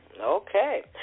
okay